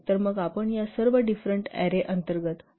तर मग आपण या सर्व डिफरेंट अरे अंतर्गत 15 ऍट्रीबुट पाहू